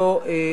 גברתי,